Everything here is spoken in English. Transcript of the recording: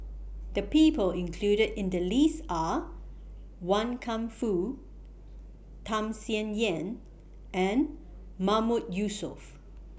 The People included in The list Are Wan Kam Fook Tham Sien Yen and Mahmood Yusof